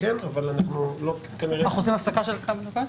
אנחנו עושים הפסקה של כמה דקות, לפרוטוקול?